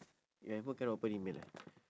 your handphone cannot open email ah